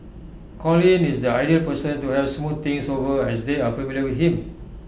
Colin is the ideal person to help smooth things over as they are familiar with him